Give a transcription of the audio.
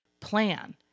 plan